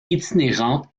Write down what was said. itinérante